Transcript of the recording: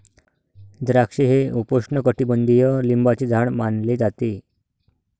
द्राक्षे हे उपोष्णकटिबंधीय लिंबाचे झाड मानले जाते